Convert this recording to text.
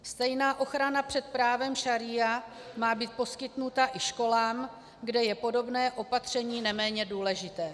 Stejná ochrana před právem šaría má být poskytnuta i školám, kde je podobné opatření neméně důležité.